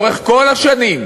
לאורך כל השנים,